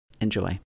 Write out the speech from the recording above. Enjoy